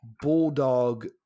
bulldog